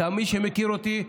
מי שמכיר אותי,